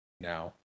now